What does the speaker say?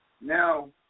Now